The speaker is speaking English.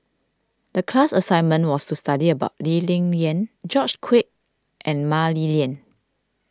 the class assignment was to study about Lee Ling Yen George Quek and Mah Li Lian